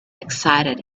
excited